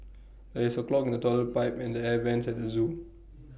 there is A clog in the Toilet Pipe and the air Vents at the Zoo